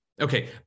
Okay